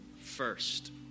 first